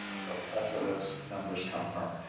so that's where those numbers come from.